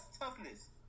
toughness